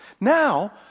Now